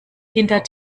hinter